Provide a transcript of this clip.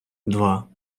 два